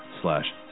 slash